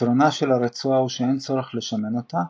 יתרונה של הרצועה הוא שאין צורך לשמן אותה,